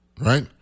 right